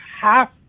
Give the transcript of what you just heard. half